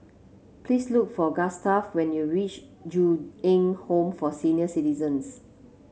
please look for Gustaf when you reach Ju Eng Home for Senior Citizens